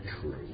true